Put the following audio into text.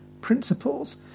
principles